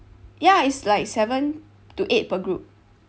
ya it's like seven to eight per group